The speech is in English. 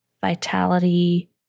vitality